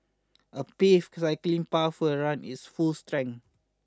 a paved cycling path will run its full strength